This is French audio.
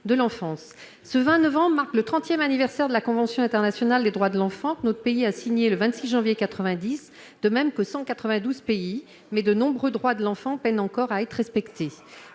Ce 20 novembre marque le trentième anniversaire de la convention internationale des droits de l'enfant, que notre pays a signée le 26 janvier 1990, de même que 192 pays. Cependant, de nombreux droits de l'enfant peinent encore à être respectés.